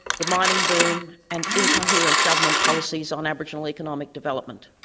the mining boom and incoherent government policies on aboriginal economic development.